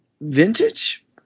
vintage